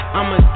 I'ma